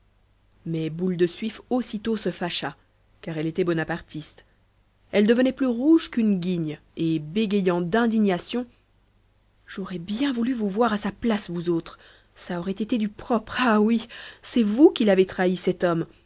mais boule de suif aussitôt se fâcha car elle était bonapartiste elle devenait plus rouge qu'une guigne et bégayant d'indignation j'aurais bien voulu vous voir à sa place vous autres ça aurait été du propre ah oui c'est vous qui l'avez trahi cet homme